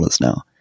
now